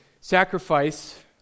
sacrifice